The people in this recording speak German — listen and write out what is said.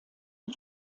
die